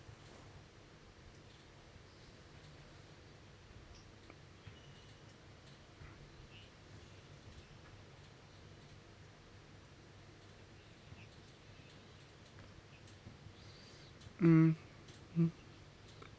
mm hmm